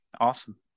Awesome